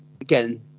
again